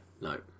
No